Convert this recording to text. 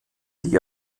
die